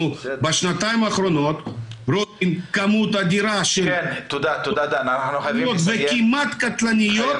בשנתיים האחרונות כמות אדירה של --- כמעט קטלניות --- תודה.